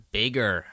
bigger